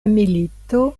milito